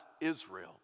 Israel